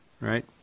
Right